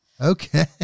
Okay